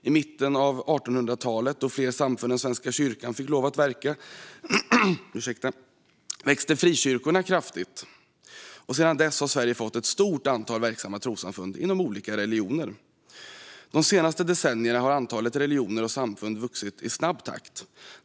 I mitten av 1800-talet då fler samfund än Svenska kyrkan fick lov att verka växte frikyrkorna kraftigt. Sedan dess har Sverige fått ett stort antal verksamma trossamfund inom olika religioner. De senaste decennierna har antalet religioner och samfund vuxit i snabb takt.